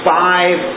five